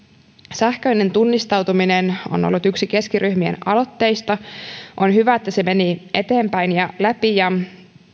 sähköinen tunnistautuminen on ollut yksi keskiryhmien aloitteista on hyvä että se meni eteenpäin ja läpi ja